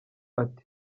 ati